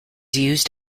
used